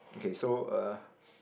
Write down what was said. okay so uh